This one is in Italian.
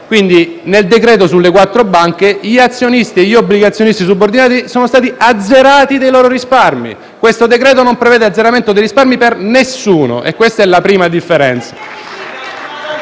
Nel decreto per le quattro banche gli azionisti e gli obbligazionisti subordinati hanno visto azzerati i loro risparmi. Questo decreto non prevede un azzeramento dei risparmi per nessuno e questa è la prima differenza.